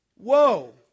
whoa